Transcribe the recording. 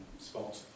spot